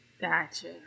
Gotcha